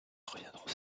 reviendrons